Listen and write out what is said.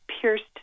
pierced